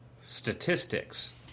statistics